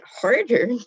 harder